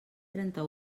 trenta